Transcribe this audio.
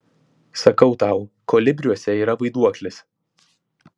sakau tau kolibriuose yra vaiduoklis